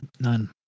None